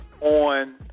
on